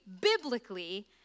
biblically